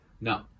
No